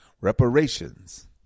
reparations